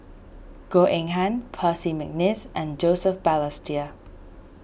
Goh Eng Han Percy McNeice and Joseph Balestier